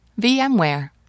VMware